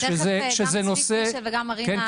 תכף גם צבי פישל וגם מרינה יתייחסו לזה.